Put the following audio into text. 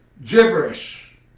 gibberish